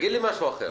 תגיד לי משהו אחר.